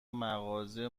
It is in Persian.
مغازه